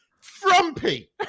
frumpy